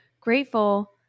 grateful